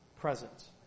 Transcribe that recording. presence